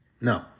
No